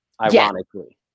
Ironically